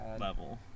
Level